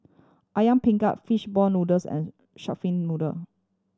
ayam fish ball noodles and shark fin noodle